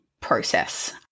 process